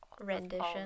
rendition